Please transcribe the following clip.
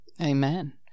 Amen